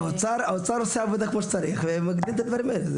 האוצר עושה כמו שצריך ומגדיל את הדברים האלה.